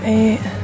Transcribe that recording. eight